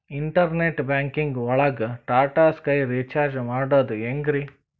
Internet banking ಒಳಗ್ Tata Sky recharge ಮಾಡದ್ ಹೆಂಗ್ರೀ?